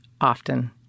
Often